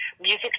music